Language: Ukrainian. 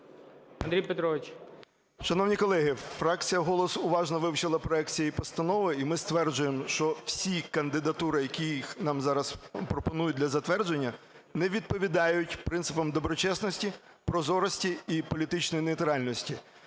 А.П. Шановні колеги, фракція "Голос" уважно вивчила проект цієї постанови. І ми стверджуємо, що всі кандидатури, яких нам зараз пропонують для затвердження, не відповідають принципам доброчесності, прозорості і політичної нейтральності.